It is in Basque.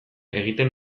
egiten